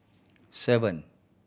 seven